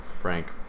Frank